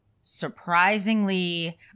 surprisingly